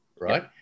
right